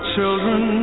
children